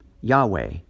Yahweh